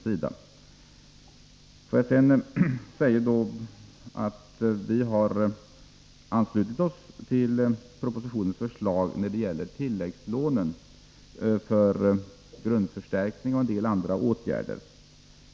Får jag sedan säga att vi ansluter oss till propositionens förslag när det gäller tilläggslånen för grundförstärkning och en del andra åtgärder.